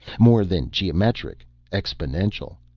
more than geometric exponential.